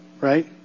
right